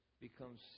becomes